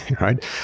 right